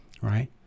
Right